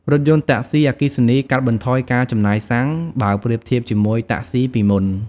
រថយន្ត តាក់សុី អគ្គិសនីកាត់បន្ថយការចំណាយសាំង បើប្រៀបធៀបជាមួយ តាក់សុីពីមុន។